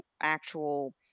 actual